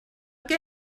què